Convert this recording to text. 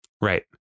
Right